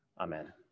Amen